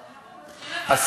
השר אלקין.